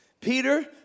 Peter